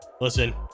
listen